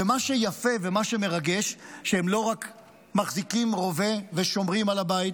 ומה שיפה ומה שמרגש הוא שהם לא רק מחזיקים רובה ושומרים על הבית,